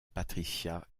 patricia